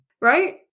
Right